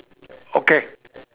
okay